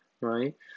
right